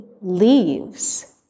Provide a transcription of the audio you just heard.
leaves